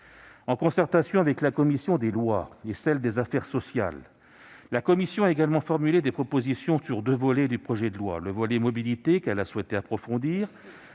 En concertation avec la commission des lois et celle des affaires sociales, notre commission a également formulé des propositions sur deux volets du projet de loi : le volet mobilité, qu'elle a souhaité approfondir,